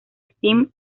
steven